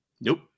Nope